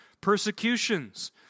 Persecutions